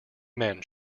men